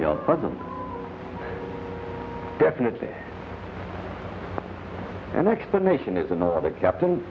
are definitely an explanation is another captain